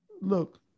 Look